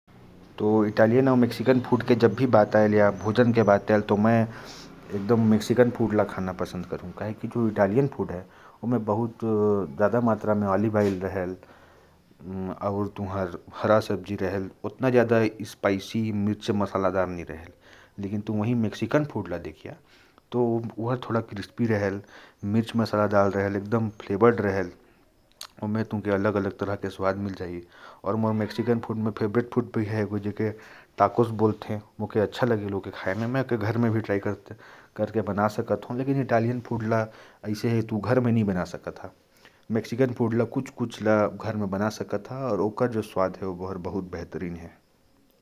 इटालियन और Mexican food की बात आए तो, मैं मेक्सिकन फूड खाना पसंद करता हूँ क्योंकि वह मसालेदार और चटपटा होता है। इटालियन फूड को घर में बनाना भी कठिन है। मेक्सिकन फूड टॉक्स मुझे बहुत पसंद है, और घर में भी आसानी से बना लेता हूँ। इसी कारण, मुझे मेक्सिकन फूड ज्यादा पसंद है।